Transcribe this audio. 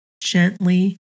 gently